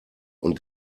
und